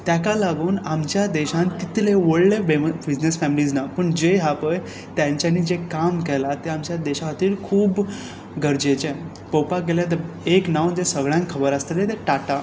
ताका लागून आमच्या देशान कितले व्हडले वॅम बिजनस फॅमिलीज ना पूण जे आसा पळय तांच्यानी जें काम केलां तें आमच्या देशा खातीर खूब गरजेचें पळोवपाक गेल्यार तें एक नांव जें सगळ्यांक खबर आसतलें तें टाटा